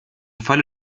falle